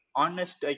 honest